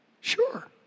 Sure